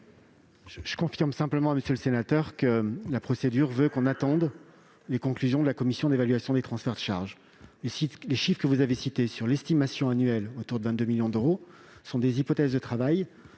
le confirme, monsieur le sénateur, la procédure veut que l'on attende les conclusions de la commission d'évaluation des transferts de charges. Les chiffres que vous citez d'une estimation annuelle d'environ 22 millions d'euros sont des hypothèses de travail.